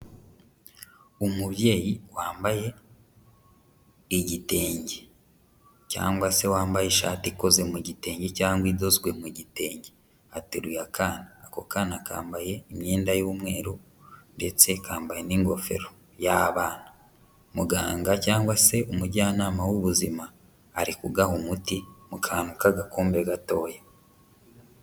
Umubyeyi wambaye igitenge, cyangwa se wambaye ishati ikoze mu gitenge cyangwa idozwe mu gitenge, ateruye akana, ako kana kambaye imyenda y'umweru, ndetse kambaye n'ingofero y'abana, muganga cyangwa se umujyanama w'ubuzima, ari kugaha umuti mu kantu k'agakombe gatoya.